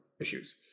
issues